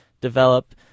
develop